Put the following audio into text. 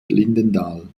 lindenthal